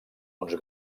uns